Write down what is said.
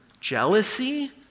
jealousy